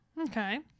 Okay